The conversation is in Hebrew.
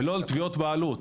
ולא על תביעות בעלות.